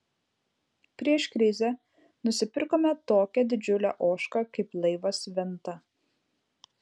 prieš krizę nusipirkome tokią didžiulę ožką kaip laivas venta